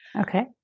Okay